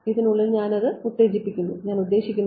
ഇതിനുള്ളിൽ ഞാൻ അത് ഉത്തേജിപ്പിക്കുന്നു ഞാൻ ഉദ്ദേശിക്കുന്നത്